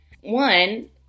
One